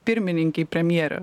pirmininkei premjerė